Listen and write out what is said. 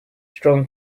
strong